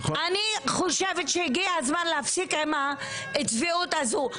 אני חושבת שהגיע הזמן להפסיק עם הצביעות הזו.